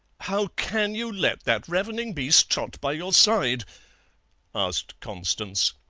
how can you let that ravening beast trot by your side asked constance.